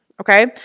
Okay